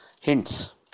hints